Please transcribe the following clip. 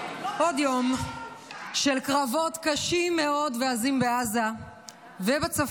עוד יום של קרבות קשים מאוד ועזים בעזה ובצפון,